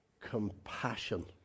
compassion